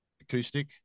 acoustic